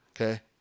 Okay